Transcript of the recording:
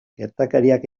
gertakariak